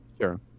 Sure